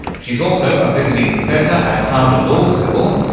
she's also a visiting professor at harvard law school,